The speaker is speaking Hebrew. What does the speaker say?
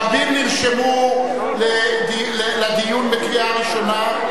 רבים נרשמו לדיון בקריאה ראשונה.